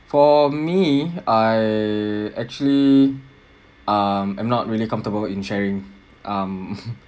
for me I actually um I'm not really comfortable in sharing um